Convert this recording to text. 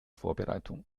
vorbereitung